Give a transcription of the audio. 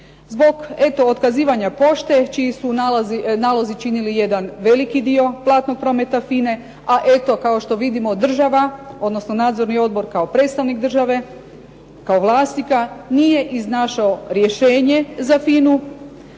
eto otkazivanja pošte čiji su nalozi činili veliki dio platnog prometa FINA-e a eto kao što vidimo država, odnosno nadzorni odbor kao predstavnik države, kao vlasnika nije iznašao rješenje za FINA-u.